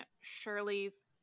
Shirley's